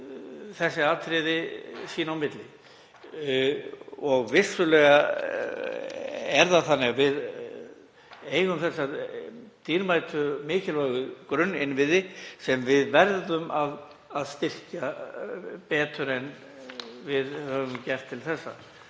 þessi atriði sín á milli. Vissulega eigum við þessa dýrmætu mikilvægu grunninnviði sem við verðum að styrkja betur en við höfum gert til þessa.